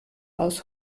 aus